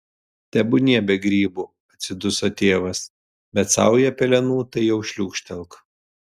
tebūnie be grybų atsiduso tėvas bet saują pelenų tai jau šliūkštelk